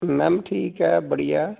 ma'am ਠੀਕ ਹੈੈੈੈੈੈ ਬੜੀਆ